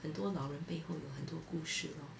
很多老人背后有很多故事 lor